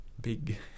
big